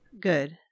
Good